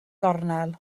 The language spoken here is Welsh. gornel